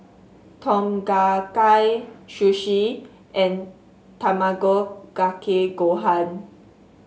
Tom Kha Gai Sushi and Tamago Kake Gohan